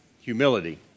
humility